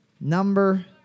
number